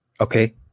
Okay